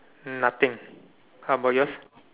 nothing how about yours